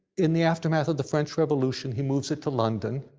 in the aftermath of the french revolution he moves it to london.